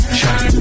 shine